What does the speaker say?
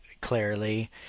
clearly